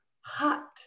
hot